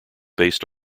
based